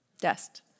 Dust